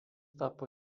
tapo